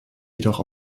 jedoch